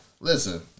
Listen